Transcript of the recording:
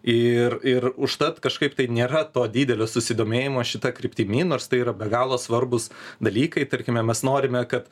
ir ir užtat kažkaip tai nėra to didelio susidomėjimo šita kryptimi nors tai yra be galo svarbūs dalykai tarkime mes norime kad